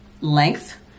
length